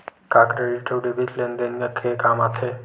का क्रेडिट अउ डेबिट लेन देन के काम आथे?